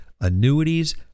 annuities